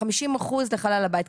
חמישים אחוז לחלל הבית.